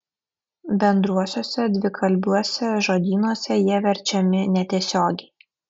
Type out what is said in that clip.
bendruosiuose dvikalbiuose žodynuose jie verčiami netiesiogiai